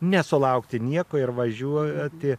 nesulaukti nieko ir važiuoti